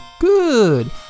good